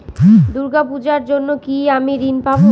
দূর্গা পূজার জন্য কি আমি ঋণ পাবো?